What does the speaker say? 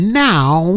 now